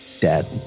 dead